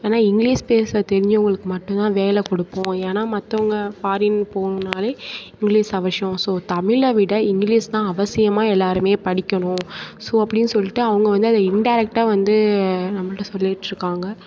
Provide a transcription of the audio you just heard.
ஏன்னா இங்கிலிஷ் பேச தெரிஞ்சவங்களுக்கு மட்டும் தான் வேலை கொடுப்போம் ஏன்னா மற்றவங்க ஃபாரின் போணுனாலே இங்கிலிஷ் அவசியம் ஸோ தமிழில் விட இங்கிலிஷ் தான் அவசியமாக எல்லாருமே படிக்கணும் ஸோ அப்படினு சொல்லிவிட்டு அவங்க வந்து அதை இன்டெரக்டாக வந்து நம்மள்கிட்ட சொல்லிகிட்டு இருக்காங்க